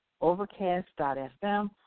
Overcast.fm